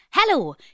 Hello